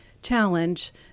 challenge